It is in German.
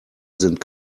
sind